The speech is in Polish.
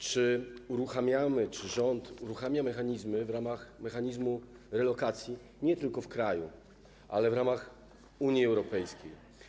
Czy uruchamiamy, czy rząd uruchamia mechanizmy w ramach mechanizmu relokacji nie tylko w kraju, ale w ramach Unii Europejskiej?